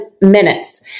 minutes